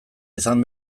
izan